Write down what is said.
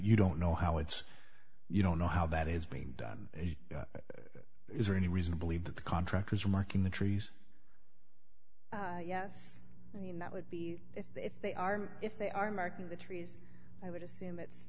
you don't know how it's you don't know how that is being done here is there any reason to believe that the contractors are marking the trees yes i mean that would be if they if they are if they are marking the trees i would assume it's